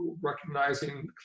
recognizing